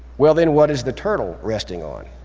well then what is the turtle resting on?